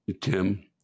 Tim